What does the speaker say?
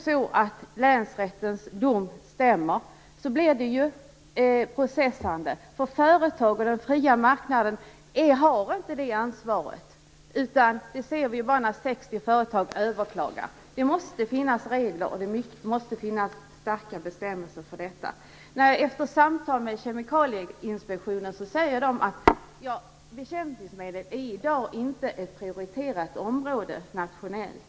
Stämmer länsrättens dom blir det processande. Företag och den fria marknaden har inte det ansvaret. Det ser vi när 60 företag överklagar. Det måste finnas regler och stränga bestämmelser för detta. Kemikalieinspektionen säger att bekämpningsmedel i dag inte är ett prioriterat område nationellt.